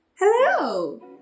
Hello